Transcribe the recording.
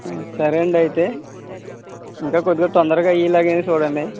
ఊ సరే అండి అయితే ఇంకా కొద్దిగా తొందరగా అయ్యే లాగానే చూడండి